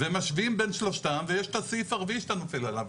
משווים בין שלושתם ויש את הסעיף הרביעי שאתה נופל בגללו,